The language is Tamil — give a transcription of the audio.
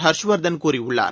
ஹர்ஷ்வர்தன் கூறியுள்ளார்